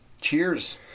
Cheers